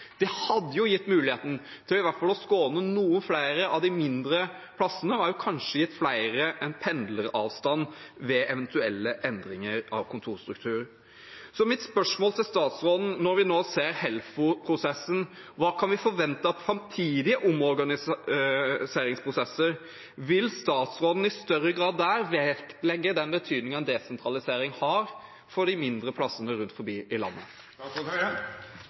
Det hadde jo gitt mulighet til i hvert fall å skåne noen flere av de mindre stedene og kanskje også gitt flere en pendleravstand ved eventuelle endringer av kontorstruktur. Mitt spørsmål til statsråden er: Når vi nå ser Helfo-prosessen, hva kan vi forvente av framtidige omorganiseringsprosesser? Vil statsråden i større grad der vektlegge den betydningen en desentralisering har for de mindre stedene rundt om i landet?